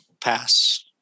Pass